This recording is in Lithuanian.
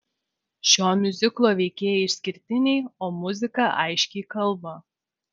šio miuziklo veikėjai išskirtiniai o muzika aiškiai kalba